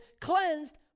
cleansed